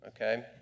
okay